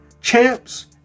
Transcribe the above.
champs